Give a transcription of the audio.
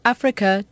Africa